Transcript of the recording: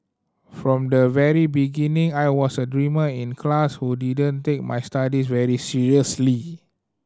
from the very beginning I was a dreamer in class who didn't take my studies very seriously